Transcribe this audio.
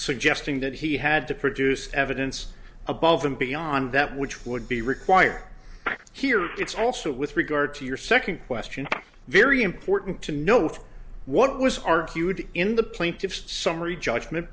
suggesting that he had to produce evidence above and beyond that which would be required here it's also with regard to your second question very important to note what was argued in the plaintiff's summary judgment